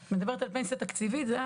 את מדברת על פנסיה תקציבית?